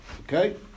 okay